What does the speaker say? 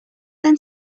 then